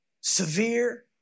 severe